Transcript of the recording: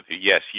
Yes